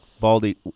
Baldy